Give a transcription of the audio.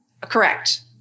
Correct